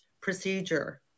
procedure